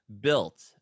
built